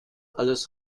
alles